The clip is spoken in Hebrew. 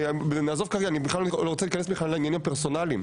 נעזוב כרגע את העניינים הפרסונליים.